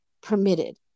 permitted